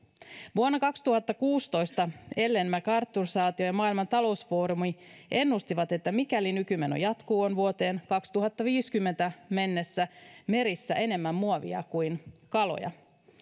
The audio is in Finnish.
vuonna kaksituhattakuusitoista ellen macarthur säätiö ja maailman talousfoorumi ennustivat että mikäli nykymeno jatkuu on vuoteen kaksituhattaviisikymmentä mennessä merissä enemmän muovia kuin kaloja